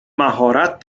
مهارت